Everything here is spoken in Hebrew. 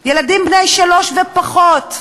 ילדים בני שלוש ופחות,